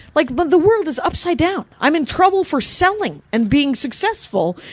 like, but the world is upside down. i'm in trouble for selling, and being successful.